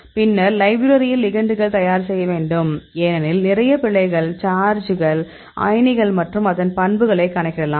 பின்னர் லைப்ரரியில் லிகெண்டுகள் தயார் செய்ய வேண்டும் ஏனெனில் நிறைய பிழைகள்சார்ஜ்கள் அயனிகள் மற்றும் அதன் பண்புகளை கணக்கிடலாம்